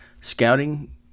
Scouting